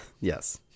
Yes